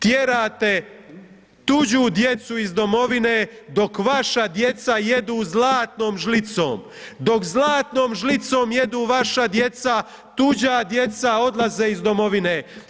Tjerate tuđu djecu iz Domovine dok vaša djeca jedu zlatnom žlicom, dok zlatnom žlicom jedu vaša djeca tuđa djeca odlaze iz Domovine.